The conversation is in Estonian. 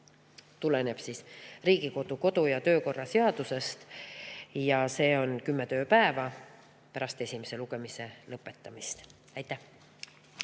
tuleneb Riigikogu kodu- ja töökorra seadusest, see on kümme tööpäeva pärast esimese lugemise lõpetamist. Aitäh!